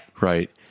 Right